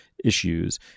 issues